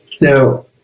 Now